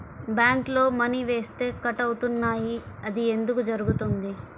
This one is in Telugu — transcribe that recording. బ్యాంక్లో మని వేస్తే కట్ అవుతున్నాయి అది ఎందుకు జరుగుతోంది?